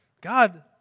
God